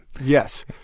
Yes